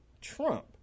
trump